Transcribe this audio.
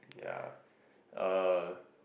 yeah uh